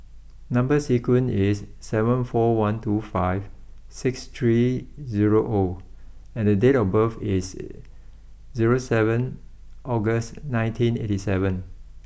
number sequence is seven four one two five six three zero O and date of birth is zero seven August nineteen eighty seven